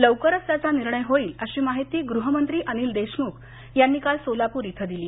लवकरच त्याचा निर्णय होईल अशी माहिती गृहमंत्री अनिल देशमुख यांनी काल सोलापूर इथं दिली